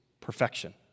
perfection